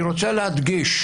אני רוצה להדגיש,